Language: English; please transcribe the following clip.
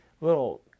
little